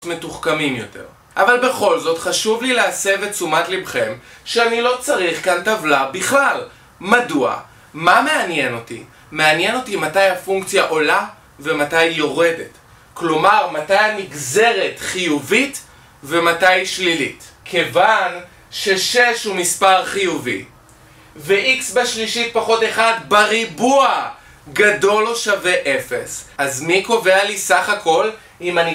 מתוחכמים יותר אבל בכל זאת חשוב לי להסב את תשומת לבכם שאני לא צריך כאן טבלה בכלל מדוע? מה מעניין אותי? מעניין אותי מתי הפונקציה עולה ומתי היא יורדת כלומר, מתי הנגזרת חיובית ומתי היא שלילית כיוון ששש הוא מספר חיובי ואיקס בשלישית פחות אחד בריבוע גדול או שווה אפס אז מי קובע לי סך הכל אם אני